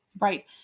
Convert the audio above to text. Right